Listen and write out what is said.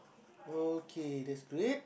okay that's great